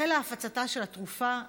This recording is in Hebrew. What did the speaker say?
החלה הפצתה של התרופה אזילקט.